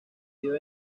dio